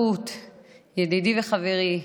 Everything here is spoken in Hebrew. ידידי וחברי,